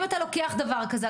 אם אתה לוקח דבר כזה,